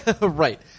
right